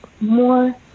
more